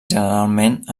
generalment